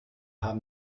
haben